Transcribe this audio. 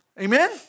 Amen